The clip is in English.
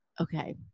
Okay